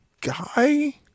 guy